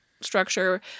structure